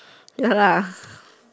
ya lah